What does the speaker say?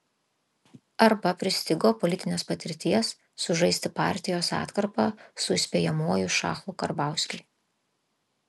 arba pristigo politinės patirties sužaisti partijos atkarpą su įspėjamuoju šachu karbauskiui